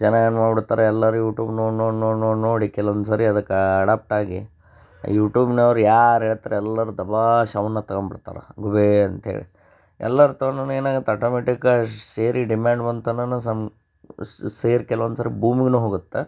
ಜನ ಏನು ಮಾಡಿಬಿಡ್ತಾರೆ ಎಲ್ಲರೂ ಯೂಟೂಬ್ ನೋಡಿ ನೋಡಿ ನೋಡಿ ನೋಡಿ ನೋಡಿ ಕೆಲವೊಂದು ಸರಿ ಅದಕ್ಕೆ ಅಡಪ್ಟಾಗಿ ಯೂಟೂಬ್ನವ್ರು ಯಾರು ಹೇಳ್ತ್ರ ಎಲ್ಲರೂ ದಬಾಶ್ ಅವನ್ನು ತಗಂಬಿಡ್ತಾರೆ ಅಂತ ಹೇಳಿ ಎಲ್ಲರೂ ತೊಗೊಂಡ್ರೂನು ಏನಾಗತ್ತೆ ಅಟೋಮೆಟಿಕಾಗಿ ಷೇರಿಗೆ ಡಿಮ್ಯಾಂಡ್ ಬಂತಂನ್ನನು ಸಮ್ ಸೇರ್ ಕೆಲವೊಂದು ಸರಿ ಬೂಮ್ಗನೂ ಹೋಗುತ್ತೆ